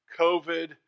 COVID